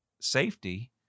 safety